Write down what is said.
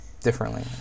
differently